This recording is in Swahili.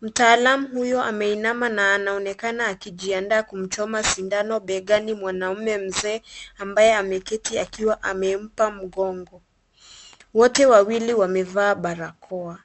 Mtaalamu huyo ameinama na anaonekana akijiandaa kumchoma sindano begani mwanaume mzee, ambaye ameketi akiwa amempa mgongo. Wote wawili wamevaa barakoa.